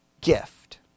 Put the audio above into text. gift